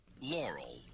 Laurel